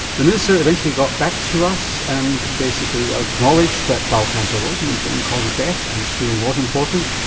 the minister eventually got back to us and basically ah acknowledged that bowel cancer was an important cause of death and screening was important,